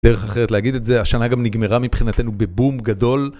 דרך אחרת להגיד את זה, השנה גם נגמרה מבחינתנו בבום גדול.